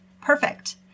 perfect